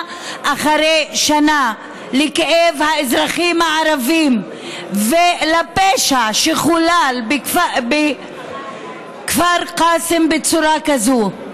אחרי שנה לכאב האזרחים הערבים ולפשע שהתחולל בכפר קאסם בצורה כזאת.